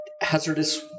hazardous